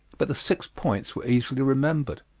but the six points were easily remembered.